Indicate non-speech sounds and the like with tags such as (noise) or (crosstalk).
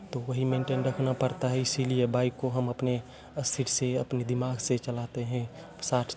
तो वही मेंटेन रखना पड़ता है इसीलिए बाइक को हम अपने (unintelligible) से अपने दिमाग से चलाते हैं साठ